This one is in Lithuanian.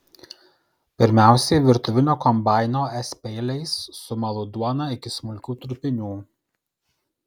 pirmiausiai virtuvinio kombaino s peiliais sumalu duoną iki smulkių trupinių